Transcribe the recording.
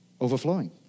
overflowing